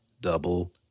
double